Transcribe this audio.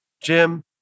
Jim